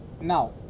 now